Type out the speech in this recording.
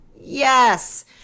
Yes